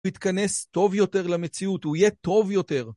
‫הוא יתכנס טוב יותר למציאות, ‫הוא יהיה טוב יותר.